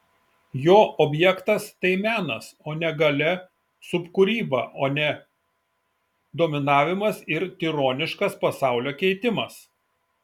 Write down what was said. jo objektas tai menas o ne galia subkūryba o ne dominavimas ir tironiškas pasaulio keitimas